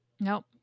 Nope